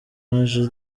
mwaje